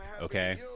okay